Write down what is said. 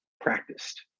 practiced